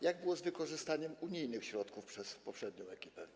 Jak było z wykorzystaniem unijnych środków przez poprzednią ekipę?